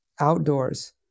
outdoors